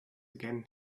again